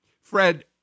Fred